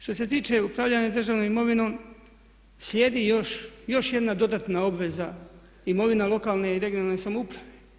Što se tiče upravljanja državnom imovinom slijedi još jedna dodatna obveza, imovina lokalne i regionalne samouprave.